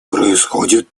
происходят